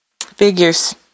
figures